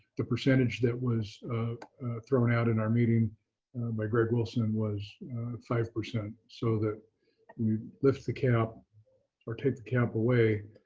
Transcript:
the percentage that was thrown out in our meeting by greg wilson was five percent so that we lift the cap or take the cap away,